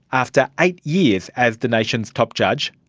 after eight years as the nation's top judge,